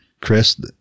Chris